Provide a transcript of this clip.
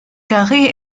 carré